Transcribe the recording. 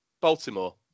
Baltimore